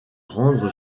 rendre